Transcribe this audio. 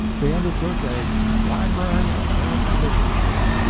they undertook a library of american literature,